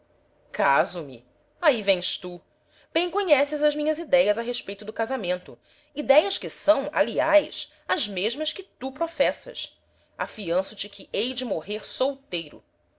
montenegro caso me aí vens tu bem conheces as minhas idéias a respeito do casamento idéias que são aliás as mesmas que tu professas afianço te que hei de morrer solteiro